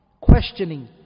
Questioning